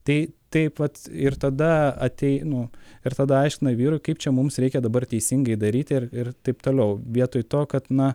tai taip vat ir tada ateinu ir tada aiškina vyrui kaip čia mums reikia dabar teisingai daryti ir ir taip toliau vietoj to kad na